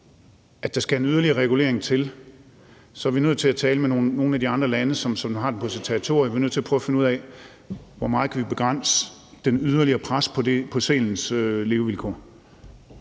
at der skal en yderligere regulering til, er vi nødt til at tale med nogle af de andre lande, som har dem på sit territorie. Vi er nødt til at prøve at finde ud af, hvor meget vi kan begrænse, og hvordan det er med yderligere pres på sælens levevilkår.